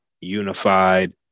unified